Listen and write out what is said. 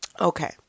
Okay